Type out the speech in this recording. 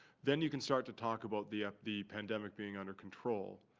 then you can start to talk about the ah the pandemic being under control.